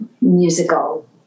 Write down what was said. musical